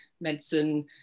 medicine